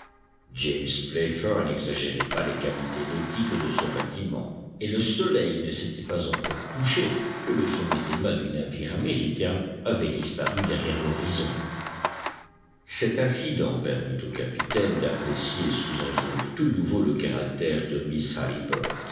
playfair n'exagérait pas les qualités nautiques de son bâtiment et le soleil ne s'était pas encore couché que le sommet des mâts du navire américain avait disparu derrière l'horizon cet incident permit au capitaine d'apprécier sous un jour tout nouveau le caractère de miss